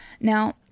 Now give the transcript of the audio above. Now